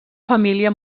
família